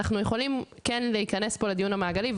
אנחנו יכולים להיכנס פה לדיון המעגלי,